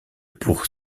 pour